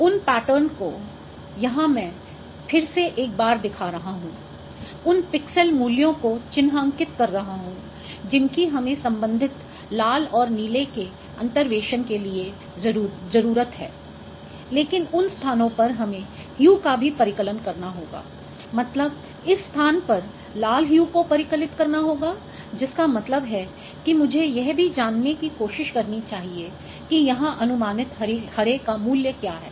उन पैटर्न को यहाँ मैं फिर से एकबार दिखा रहा हूँ उन पिक्सेल मूल्यों को चिन्हांकित कर रहा हूँ जिनकी हमें संबंधित लाल और नीले के अंतर्वेशन के लिए जरूरत है लेकिन उन स्थानों पर हमें ह्यू का भी परिकलन करना होगा मतलब इस स्थान पर लाल ह्यू को परिकलित करना होगा जिसका मतलब है कि मुझे यह भी जानने की कोशिश करनी चाहिए कि यहां अनुमानित हरे का मूल्य क्या है